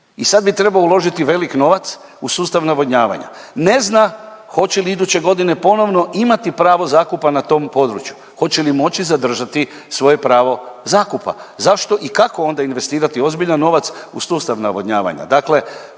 i sad bi trebao uložiti velik novac u sustav navodnjavanja. Ne zna hoće li iduće godine ponovno imati pravo zakupa na tom području, hoće li moći zadržati svoje pravo zakupa? Zašto i kako onda investirati ozbiljan novac u sustav navodnjavanja?